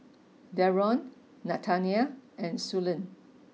Darron Nathanael and Suellen